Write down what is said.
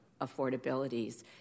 affordabilities